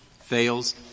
fails